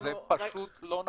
זה פשוט לא נכון.